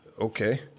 okay